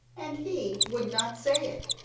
and he would not say it.